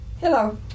hello